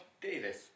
Davis